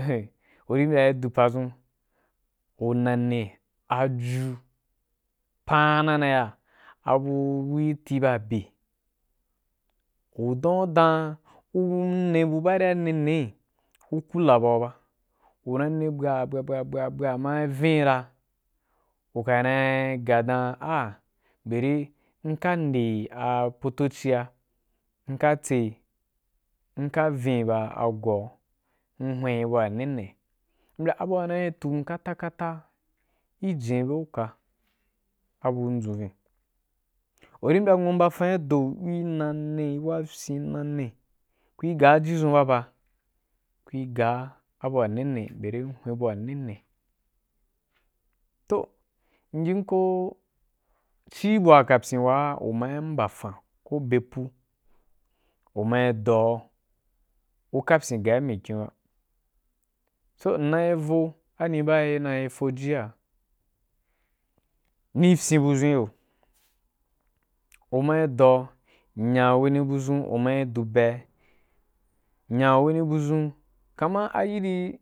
ehe u ri yai du padʒun u na nne agu paan na ya abu gi tii ba be u dan’u u ne bu baa ne nel u kula bau ba u na ne bwabwabwa ma vm ra u ka nai ga dan a beri m ka nde a potocia m ka tsee m ka vin ba mbya abua nai tum kata kata i jen’i bye uka abu dʒun vinni u ri mbyafan ri do ri na nne wa fyen na nne kui gaa ji dʒun ba pa kui gaa abu wa ne ne toh m yim ko ci bua wa kapyeria u ma mbafan, ko be pu u mai doa u kapyen ko be pu u mai doa u kapyen gai mkyin ba so m nai vo ani bai fo afaga ni fyen budʒun iyo u mai doa nya wani budʒu u ma du bea nya wani budʒun kamad re.